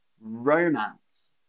Romance